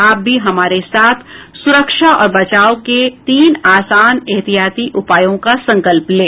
आप भी हमारे साथ सुरक्षा और बचाव के तीन आसान एहतियाती उपायों का संकल्प लें